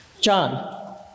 John